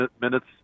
minutes